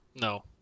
No